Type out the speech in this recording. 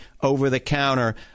over-the-counter